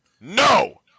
No